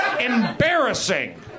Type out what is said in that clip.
embarrassing